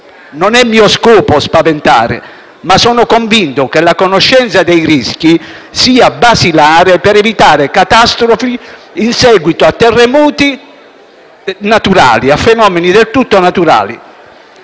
Non è mio scopo spaventare, ma sono convinto che la conoscenza dei rischi sia basilare per evitare catastrofi in seguito a terremoti naturali o a fenomeni del tutto naturali.